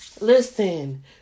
listen